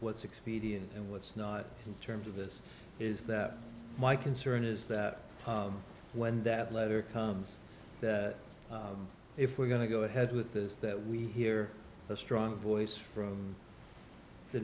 what's expedient and what's not in terms of this is that my concern is that when that letter comes if we're going to go ahead with this that we hear a strong voice from the